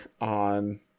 on